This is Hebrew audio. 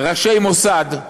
ראשי מוסד,